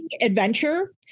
Adventure